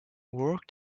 work